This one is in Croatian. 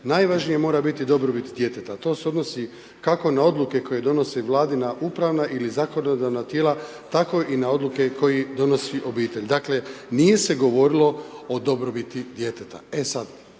najvažnija mora biti dobrobit djeteta, to se odnosi kako na odluke koje donosi Vladina upravna ili zakonodavna tijela tako i na odluke koje donosi obitelj. Dakle nije se govorilo o dobrobiti djeteta. E sad,